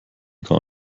gar